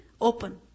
Open